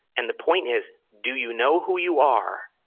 and the point is, do you know who you are,